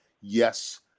yes